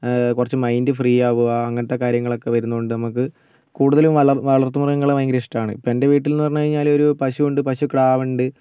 കുറച്ച് mind free ആകുക അങ്ങനെത്തെ കാര്യങ്ങള് ഒക്കെ വരുന്നത് കൊണ്ട് നമുക്ക് കൂടുതലും വളര്ത്തു വളര്ത്തു മൃഗങ്ങളെ ഭയങ്കര ഇഷ്ടമാണ് ഇപ്പോള് എന്റെ വീട്ടില് എന്ന് പറഞ്ഞു കഴിഞ്ഞാല് ഒരു പശുവുണ്ട് പശു കിടാവുണ്ട്